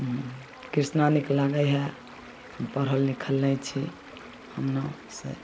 कृष्णा नीक लागै हइ हम पढ़ल लिखल नहि छी हम ने से